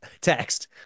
text